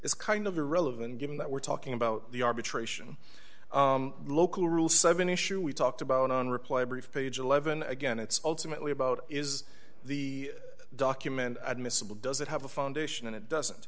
is kind of irrelevant given that we're talking about the arbitration local rule seven issue we talked about on reply brief page eleven again it's ultimately about is the document admissible does it have a foundation and it doesn't